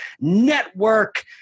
network